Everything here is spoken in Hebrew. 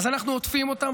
אז אנחנו עוטפים אותם